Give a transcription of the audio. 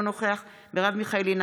אינו נוכח מרב מיכאלי,